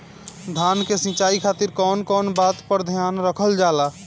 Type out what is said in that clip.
धान के सिंचाई खातिर कवन कवन बात पर ध्यान रखल जा ला?